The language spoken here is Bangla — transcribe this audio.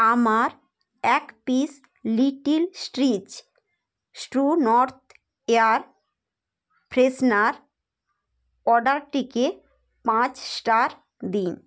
আমার এক piece little trees true north air freshener অর্ডারটিকে পাঁচ স্টার দিন